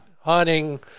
hunting